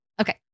Okay